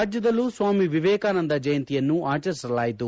ರಾಜ್ಯದಲ್ಲೂ ಸ್ವಾಮಿ ವಿವೇಕಾನಂದ ಜಯಂತಿಯನ್ನು ಆಚರಿಸಲಾಯಿತು